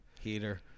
Heater